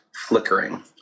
flickering